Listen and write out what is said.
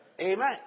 Amen